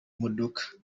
modoka